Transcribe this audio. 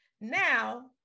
Now